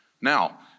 Now